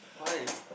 why